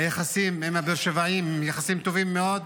היחסים עם הבאר שבעים הם יחסים טובים מאוד,